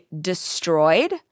destroyed